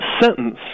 sentence